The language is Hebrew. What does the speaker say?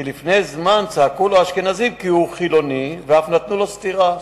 כי לפני זמן מה צעקו לו האשכנזים כי הוא חילוני ואף נתנו לו סטירה.